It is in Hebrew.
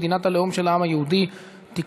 מדינת הלאום של העם היהודי (תיקון,